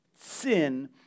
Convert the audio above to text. sin